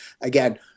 again